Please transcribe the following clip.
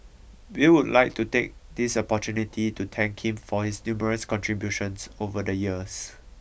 we would like to take this opportunity to thank him for his numerous contributions over the years